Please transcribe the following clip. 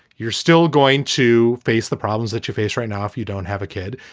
you're still going to face the problems that you face right now. if you don't have a kid,